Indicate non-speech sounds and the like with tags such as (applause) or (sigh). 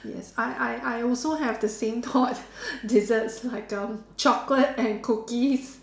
yes I I I also have the same thought (laughs) desserts like um chocolate and cookies